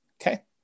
Okay